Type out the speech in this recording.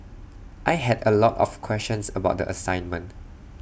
I had A lot of questions about the assignment